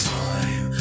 time